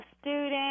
student